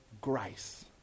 grace